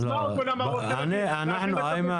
איימן,